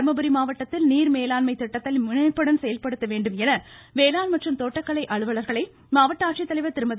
தர்மபுரி மாவட்டத்தில் நீர்மேலாண்மை திட்டத்தை முனைப்புடன் செயல்படுத்த வேண்டும் என வேளாண் மற்றும் தோட்டக்கலை அலுவலர்களை மாவட்ட ஆட்சித்தலைவர் திருமதி